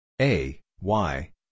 A-Y